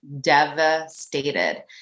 devastated